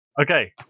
Okay